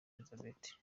elizabeth